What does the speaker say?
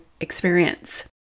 experience